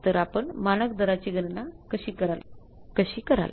तर आपण मानक दराची गणना कशी कराल